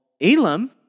Elam